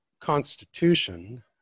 constitution